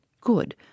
good